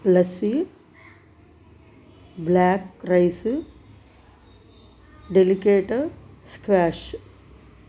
lassi black rice delicate squash